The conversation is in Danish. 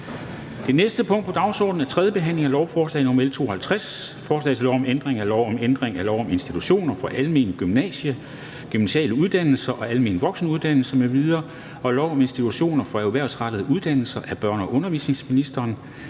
Det næste punkt på dagsordenen er: 5) 3. behandling af lovforslag nr. L 52: Forslag til lov om ændring af lov om ændring af lov om institutioner for almengymnasiale uddannelser og almen voksenuddannelse m.v. og lov om institutioner for erhvervsrettet uddannelse. (Udskydelse af solnedgangsklausul).